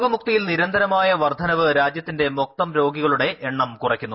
രോഗമുക്തിയിൽ നിരന്തരമായ വർദ്ധനവ് രാജ്യത്തിന്റെ മൊത്തം രോഗികളുടെ എണ്ണം കുറയ്ക്കുന്നു